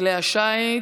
וכלי השיט,